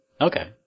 Okay